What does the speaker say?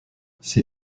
ses